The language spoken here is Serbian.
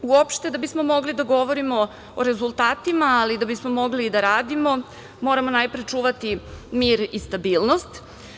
Uopšte da bi smo mogli da govorimo o rezultatima, ali da bi smo mogli i da radimo moramo najpre čuvati mir i stabilnost.